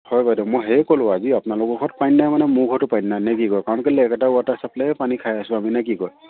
হয় বাইদেউ মই সেই ক'লো আজি আপোনালোক ঘৰত পানী নাই মান মোৰ ঘৰতো পানী নাই নে কি কয় কাৰণ কেলে একেটা ৱাটাৰ ছাপ্লাইয়ে পানী খাই আছো আমি নে কি কয়